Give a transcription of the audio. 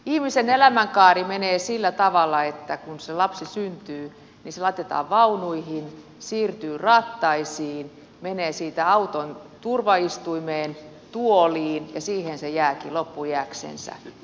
ihmisen elämänkaari menee sillä tavalla että kun lapsi syntyy se laitetaan vaunuihin siirtyy rattaisiin menee siitä auton turvaistuimeen tuoliin ja siihen se jääkin loppuiäksensä